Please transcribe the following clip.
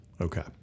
okay